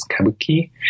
kabuki